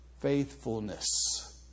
faithfulness